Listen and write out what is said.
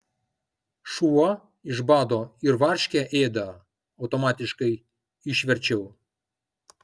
šuo iš bado ir varškę ėda automatiškai išverčiau